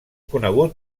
conegut